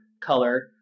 color